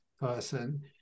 person